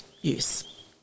use